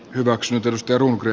hyväksytystä rugby